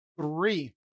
three